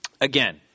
again